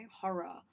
horror